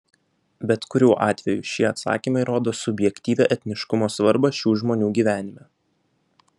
bet kuriuo atveju šie atsakymai rodo subjektyvią etniškumo svarbą šių žmonių gyvenime